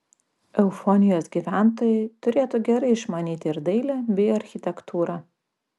eufonijos gyventojai turėtų gerai išmanyti ir dailę bei architektūrą